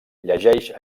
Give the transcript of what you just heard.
llegeix